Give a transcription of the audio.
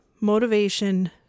motivation